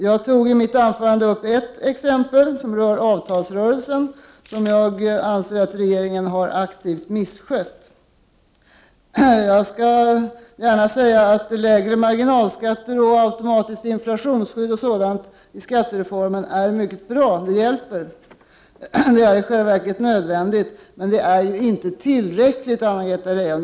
Jag tog i mitt anförande upp ett exempel som rör avtalsrörelsen, som jag anser att regeringen har aktivt misskött. Jag skall gärna säga att lägre marginalskatter och automatiskt inflationsskydd i skattereformen är mycket bra och hjälper. Det är i själva verket nödvändigt, men det är inte tillräckligt, Anna-Greta Leijon.